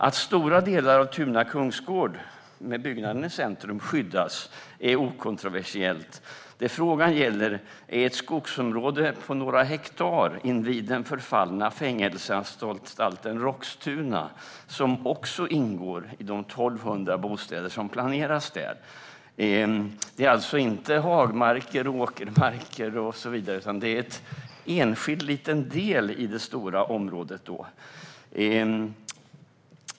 Att stora delar av Tuna kungsgård, med byggnaden i centrum, skyddas är okontroversiellt. Det som frågan gäller är ett skogsområde på några hektar invid den förfallna fängelseanstalten Roxtuna, som också ingår i de 1 200 bostäder som planeras. Det är alltså inte hagmarker, åkermark och så vidare, utan det är en enskild liten del i det stora området.